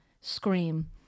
Scream